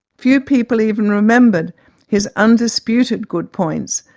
few people even remembered his undisputed good points,